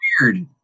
weird